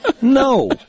no